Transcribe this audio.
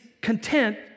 content